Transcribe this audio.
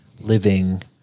living